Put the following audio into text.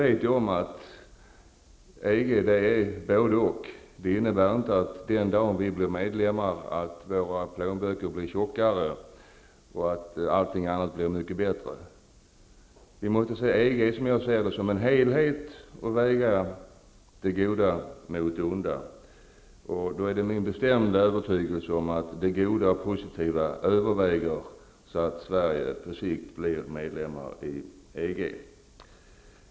EG är både och. Det innebär inte den dag Sverige blir medlem att våra plånböcker blir tjockare och att allt annat blir mycket bättre. EG måste ses som en helhet. Det goda måste vägas mot det onda. Det är min bestämda övertygelse att det goda och positiva överväger och att Sverige på sikt blir medlem i EG.